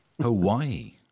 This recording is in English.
Hawaii